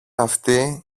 αυτή